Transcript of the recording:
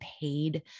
paid